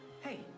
Hey